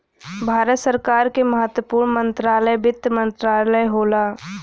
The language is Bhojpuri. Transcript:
भारत सरकार क महत्वपूर्ण मंत्रालय वित्त मंत्रालय होला